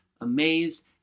amazed